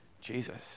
Jesus